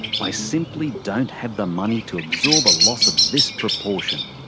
i simply don't have the money to absorb a loss of this proportion.